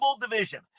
division